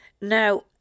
Now